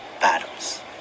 battles